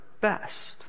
best